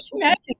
imagine